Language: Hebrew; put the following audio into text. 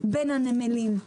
בין הנמלים,